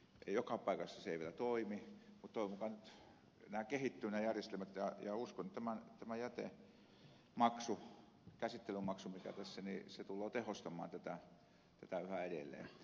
joka paikassa se ei vielä toimi mutta toivon mukaan nyt nämä järjestelmät kehittyvät ja uskon että tämä jätemaksu käsittelymaksu tulee tehostamaan tätä yhä edelleen